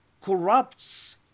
corrupts